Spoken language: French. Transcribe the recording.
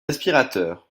aspirateur